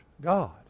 God